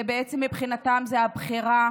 בעצם מבחינתן זו הבחירה